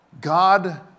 God